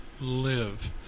live